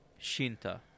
Shinta